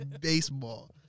Baseball